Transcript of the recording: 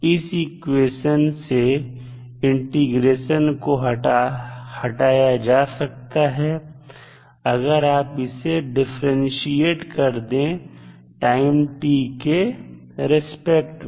इस इक्वेशन से इंटीग्रेशन को हटाया जा सकता है अगर हम इसे डिफरेंटशिएट कर दें टाइम t के रिस्पेक्ट में